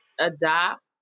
adopt